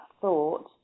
thought